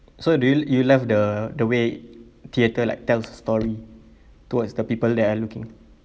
so do you you love the the way theatre like tells a story towards the people that are looking